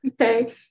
Okay